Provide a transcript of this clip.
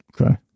Okay